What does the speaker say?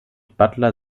butler